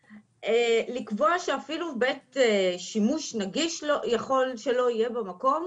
לקבוע שאפילו בית שימוש נגיש יכול שלא יהיה במקום,